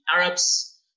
Arabs